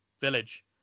Village